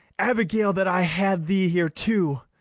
abigail, that i had thee here too!